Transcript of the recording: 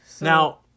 Now